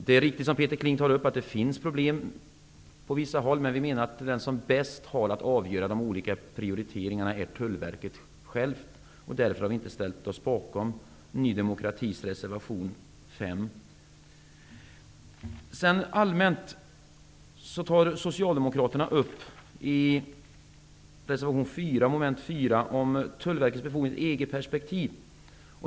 Det är riktigt som Peter Kling säger att det finns problem på vissa håll, men vi menar att den som bäst kan avgöra de olika prioriteringarna är Tullverket självt. Därför har vi inte ställt oss bakom Socialdemokraterna tar upp i reservation 4 under mom. 4 Tullverkets befogenheter i EG-perspektiv.